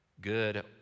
good